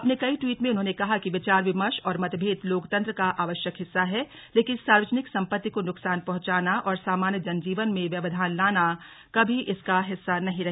अपने कई ट्वीट में उन्होंने कहा कि विचार विमर्श और मतभेद लोकतंत्र का आवश्यक हिस्सा है लेकिन सार्वजनिक सम्पत्ति को नुकसान पहंचाना और सामान्य जनजीवन में व्यावधान लाना कभी इसका हिस्सा नहीं रहे